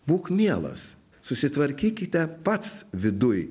būk mielas susitvarkykite pats viduj